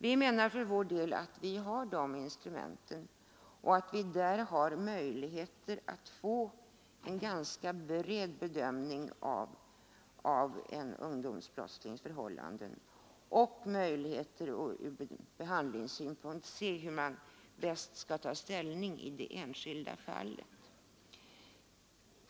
Vi menar för vår del att vi har de instrumenten, att vi har möjligheter att få en ganska bred bedömning av en ungdomsbrottslings förhållanden och att vi har möjligheter att ur behandlingssynpunkt se hur man bäst skall ta ställning i det enskilda fallet.